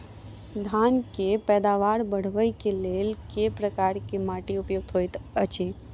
धान केँ पैदावार बढ़बई केँ लेल केँ प्रकार केँ माटि उपयुक्त होइत अछि?